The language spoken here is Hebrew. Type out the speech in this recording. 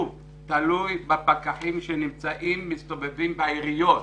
תלוי בפקחים שמסתובבים בעיריות.